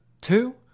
two